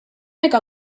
make